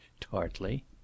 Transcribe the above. tartly